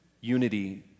unity